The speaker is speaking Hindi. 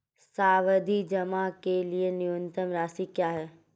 सावधि जमा के लिए न्यूनतम राशि क्या है?